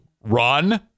Run